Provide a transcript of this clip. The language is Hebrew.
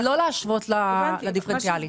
לא להשוות לדיפרנציאלי.